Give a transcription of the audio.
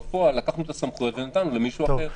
בפועל לקחנו את הסמכויות ונתנו למישהו אחר.